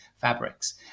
fabrics